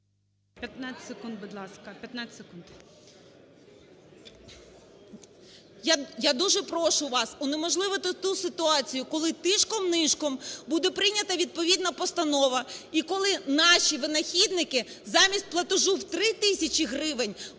15 секунд, будь ласка,